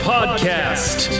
Podcast